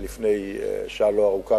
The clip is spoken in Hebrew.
לפני שעה לא ארוכה,